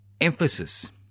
emphasis